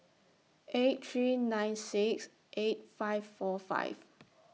eight three nine six eight five four five